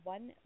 One